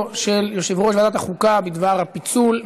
של יושב-ראש ועדת החוקה בדבר הפיצול.